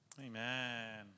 Amen